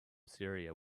syria